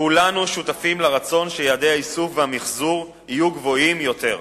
כולנו שותפים לרצון שיעדי האיסוף והמיחזור יהיו גבוהים יותר.